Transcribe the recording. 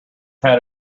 had